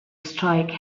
strike